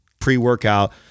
pre-workout